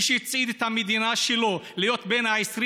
מי שהצעיד את המדינה שלו להיות בין ה-20